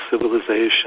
civilization